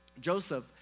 Joseph